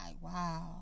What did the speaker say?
Wow